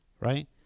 right